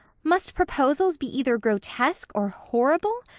must proposals be either grotesque or horrible?